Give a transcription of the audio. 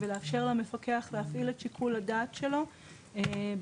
ולאפשר למפקח להפעיל את שיקול הדעת שלו באילו